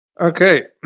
Okay